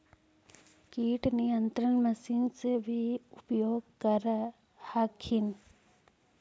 किट नियन्त्रण मशिन से भी उपयोग कर हखिन?